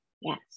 Yes